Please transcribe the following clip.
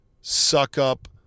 suck-up